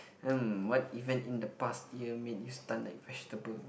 and what event in the past year made you stunned like vegetable